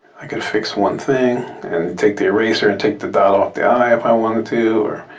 i could fix one thing and take the eraser and take the dot off the i if i wanted to or,